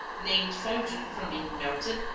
named fondue from being melted,